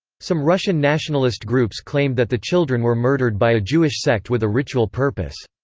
some russian nationalist groups claimed that the children were murdered by a jewish sect with a ritual purpose.